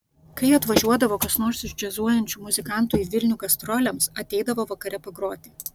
kai atvažiuodavo kas nors iš džiazuojančių muzikantų į vilnių gastrolėms ateidavo vakare pagroti